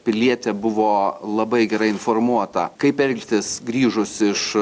pilietė buvo labai gerai informuota kaip elgtis grįžus iš